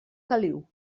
caliu